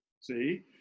See